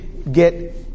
get